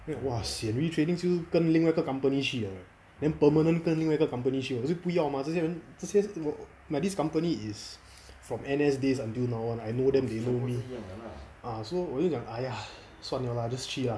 then !wah! sian retraining 就是跟另外一个 company 去 liao eh then permanently 跟另外一个 company 去我是不要吗这些人这些是我 my this company is from N_S days until now [one] I know them they know me uh so 我就讲 !aiya! 算 liao lah just 去 lah